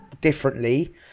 differently